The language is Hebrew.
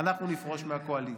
אנחנו נפרוש מהקואליציה.